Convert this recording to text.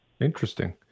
Interesting